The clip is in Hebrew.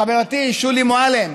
חברתי שולי מועלם,